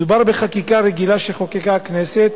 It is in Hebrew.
מדובר בחקיקה רגילה שחוקקה הכנסת